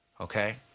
Okay